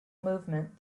movement